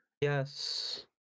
Yes